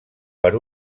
per